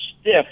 stiff